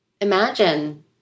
Imagine